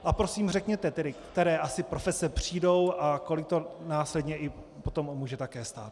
A prosím, řekněte tedy, které asi profese přijdou a kolik to následně potom může také stát.